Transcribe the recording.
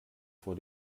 vor